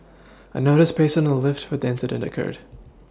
a notice pasted on the lift when the incident occurred